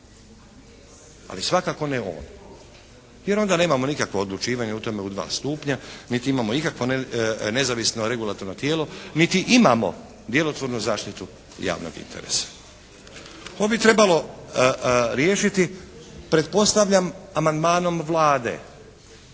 Ali svakako ne on, jer onda nemamo nikakvo odlučivanje u tome u dva stupnja niti imamo ikakvo nezavisno regulatorno tijelo niti imamo djelotvornu zaštitu javnog interesa. Ovo bi trebalo riješiti pretpostavljam amandmanom Vlade.